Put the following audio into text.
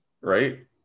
Right